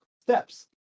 steps